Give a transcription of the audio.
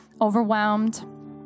overwhelmed